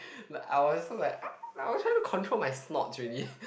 like I was so like !ah! like I was trying to control my snorts already